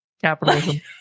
Capitalism